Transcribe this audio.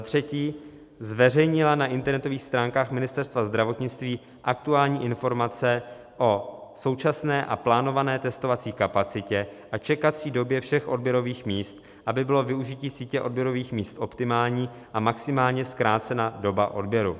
3. zveřejnila na internetových stránkách Ministerstva zdravotnictví aktuální informace o současné a plánované testovací kapacitě a čekací době všech odběrových míst, aby bylo využití sítě odběrových míst optimální a maximálně zkrácena doba odběru;